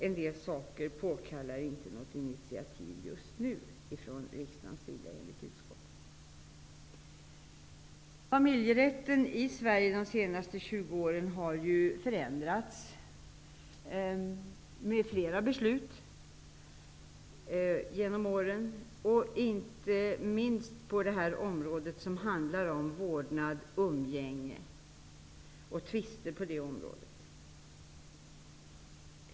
En del saker påkallar enligt utskottet inte något initiativ just nu från riksdagens sida. Familjerätten i Sverige har under de senaste 20 åren förändrats med flera beslut, inte minst på det område som handlar om vårdnad, umgänge och tvister omkring detta.